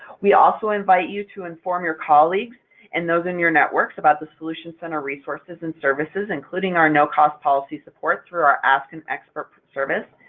we also invite you to inform your colleagues and those in your networks about the solutions center resources and services, including our no-cost policy support through our ask an expert service.